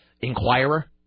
Inquirer